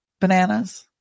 bananas